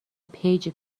پیجی